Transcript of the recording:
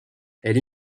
elle